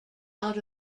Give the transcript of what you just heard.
out